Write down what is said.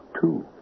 two